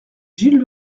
gilles